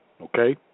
Okay